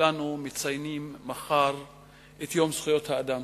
כולנו מציינים בכנסת את יום זכויות האדם.